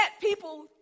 people